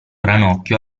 ranocchio